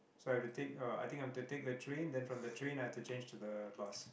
so I have to take uh I think I have to take the train then from the train I have to change to the bus